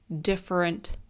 different